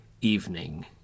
evening